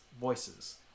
voices